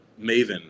maven